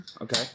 Okay